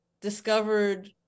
discovered